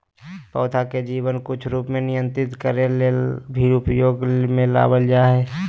पौधा के जीवन कुछ रूप के नियंत्रित करे ले भी उपयोग में लाबल जा हइ